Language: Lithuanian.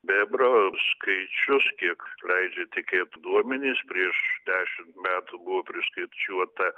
bebrų skaičius kiek leidžiu tikėt duomeny s prieš dešimt metų buvo priskaičiuota